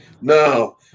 No